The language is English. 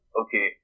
okay